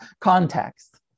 context